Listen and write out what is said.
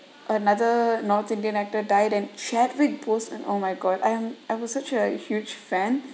another north indian actor died and chadwick-boseman oh my god I'm I was such a huge fan